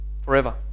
forever